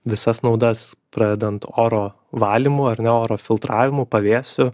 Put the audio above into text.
visas naudas pradedant oro valymu ar ne oro filtravimu pavėsiu